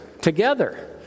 together